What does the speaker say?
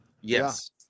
Yes